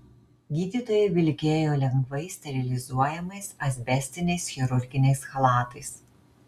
gydytojai vilkėjo lengvai sterilizuojamais asbestiniais chirurginiais chalatais